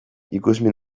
ikusmin